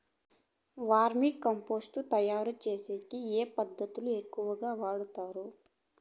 వర్మి compost తయారుచేసేకి ఏ పదార్థాలు ఎక్కువగా వాడుతారు